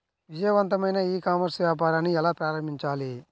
విజయవంతమైన e commerce వ్యాపారాన్ని ఎలా ప్రారంభించాలి?